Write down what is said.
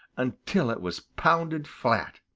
until it was pounded flat,